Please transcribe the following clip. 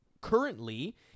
currently